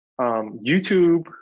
YouTube